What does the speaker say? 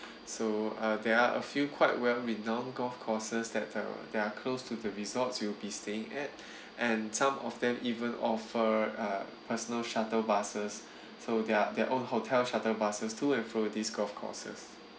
so uh there are a few quite well renowned golf courses that uh that are close to the resorts you'll be staying at and some of them even offer uh personal shuttle buses so their their own hotel shuttle buses to and fro these golf courses